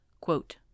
Quote